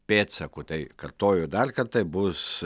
pėdsakų tai kartoju dar kartą bus